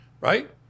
right